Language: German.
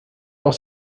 auch